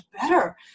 better